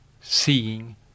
seeing